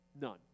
None